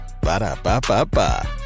Ba-da-ba-ba-ba